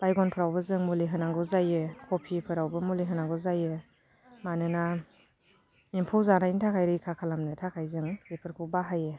बायगनफोरावबो जों मुलि होनांगौ जायो खबिफोरावबो मुलि होनांगौ जायो मानोना एम्फौ जानायनि थाखाय रैखा खालामनो थाखाय जों बेफोरखौ बाहायो